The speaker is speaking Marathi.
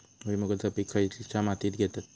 भुईमुगाचा पीक खयच्या मातीत घेतत?